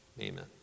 Amen